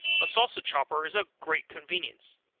a sausage chopper is a great convenience.